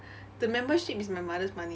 the membership is my mother's money